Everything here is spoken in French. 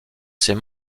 ses